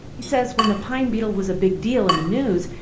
he says when the pine beetle was a big deal in the news,